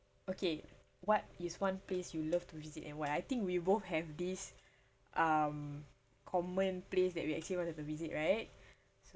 okay what is one place you love to visit and where I think we both have this um common place that we actually wanted to visit right